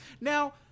Now